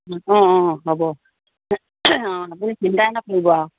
অঁ অঁ হ'ব অঁ আপুনি চিন্তাই নকৰিব আৰু